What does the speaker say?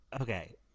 Okay